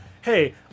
Hey